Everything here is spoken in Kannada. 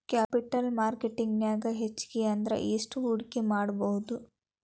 ಕ್ಯಾಪಿಟಲ್ ಮಾರ್ಕೆಟ್ ನ್ಯಾಗ್ ಹೆಚ್ಗಿ ಅಂದ್ರ ಯೆಸ್ಟ್ ಹೂಡ್ಕಿಮಾಡ್ಬೊದು?